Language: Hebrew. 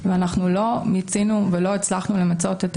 ואנחנו לא מיצינו ולא הצלחנו למצות את